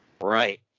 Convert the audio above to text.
Right